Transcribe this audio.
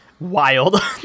Wild